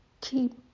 Keep